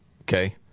Okay